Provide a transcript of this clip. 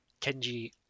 Kenji